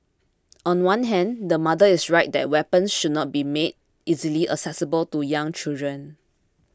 on one hand the mother is right that weapons should not be made easily accessible to young children